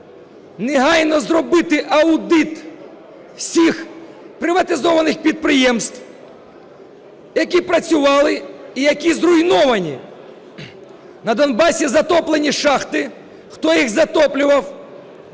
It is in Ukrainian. негайно зробити аудит всіх приватизованих підприємств, які працювали і які зруйновані. На Донбасі затоплені шахти. Хто їх затоплював?